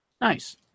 Nice